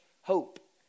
hope